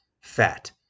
fat